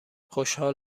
خوشحال